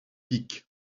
piques